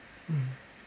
mm